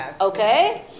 Okay